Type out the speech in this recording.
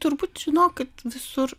turbūt žinok visur